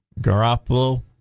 Garoppolo